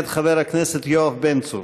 מאת חבר הכנסת יואב בן צור.